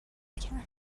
کرد